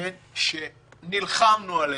שנלחמנו עליהם,